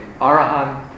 Arahant